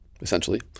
essentially